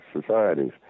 societies